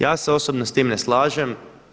Ja se osobno s tim ne slažem.